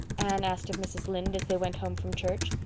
anne asked of mrs. lynde, as they went home from church.